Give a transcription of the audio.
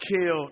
killed